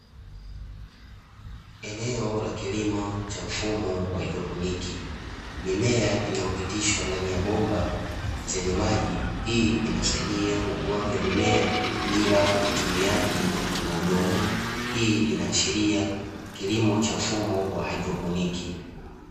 Eneo la kilimo cha mfumo wa haidroponiki, mimea inayopitishwa ndani ya bomba zenye maji. Hii inasaidia ukuaji wa mimea bila utumiaji wa udongo, hii inaashiria kilimo cha mfumo wa haidroponi.